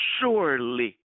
Surely